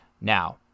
Now